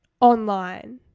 online